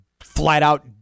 flat-out